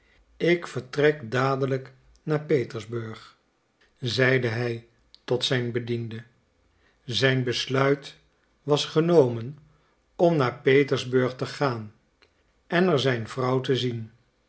ik vertrek dadelijk naar petersburg zeide hij tot zijn bediende zijn besluit was genomen om naar petersburg te gaan en er zijn vrouw te zien